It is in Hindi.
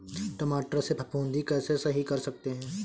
टमाटर से फफूंदी कैसे सही कर सकते हैं?